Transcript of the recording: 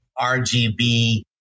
RGB